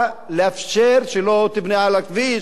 בא לאפשר שלא תבנה על הכביש,